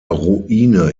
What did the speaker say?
ruine